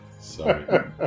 Sorry